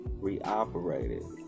reoperated